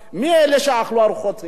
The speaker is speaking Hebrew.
מי אלה שאכלו ארוחות חינם.